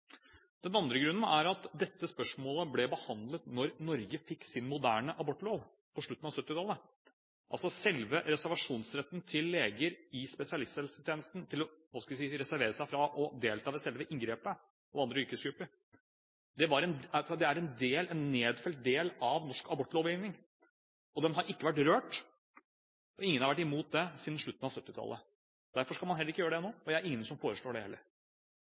Den andre grunnen er at dette spørsmålet ble behandlet da Norge fikk sin moderne abortlov på slutten av 1970-tallet. Selve reservasjonsretten til leger i spesialisthelsetjenesten – altså retten til å reservere seg til å delta ved selve inngrepet – og andre yrkesgrupper er en nedfelt del av norsk abortlovgivning. Den har ikke vært rørt, og ingen har vært imot det siden slutten av 1970-tallet. Derfor skal man heller ikke gjøre det nå, og det er det heller ingen som foreslår. Den andre problemstillingen jeg vil kommentere, er at det